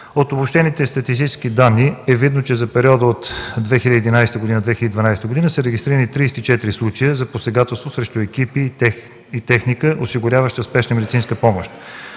От обобщените статистически данни е видно, че за периода от 2011 - 2012 г. са регистрирани 34 случая за посегателство срещу екипи и техника, осигуряваща спешна медицинска помощ.